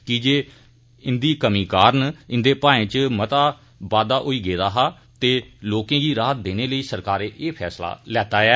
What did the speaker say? की जे इंदी कमी कारण इंदे भाएं च मता बाद्दा होई गेदा हा ते लोकें गी राह्त देने लेई सरकारै एह फैसला लैता ऐ